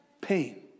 Pain